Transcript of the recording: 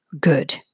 good